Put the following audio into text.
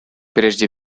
прежде